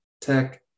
Tech